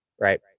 right